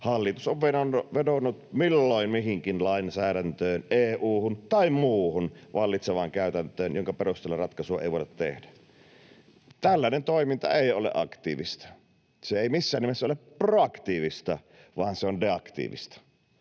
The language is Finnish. hallitus on vedonnut milloin mihinkin lainsäädäntöön, EU:hun tai muuhun vallitsevaan käytäntöön, jonka perusteella ratkaisua ei voida tehdä. Tällainen toiminta ei ole aktiivista. Se ei missään nimessä ole proaktiivista, vaan se on deaktiivista.